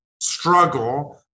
struggle